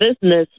business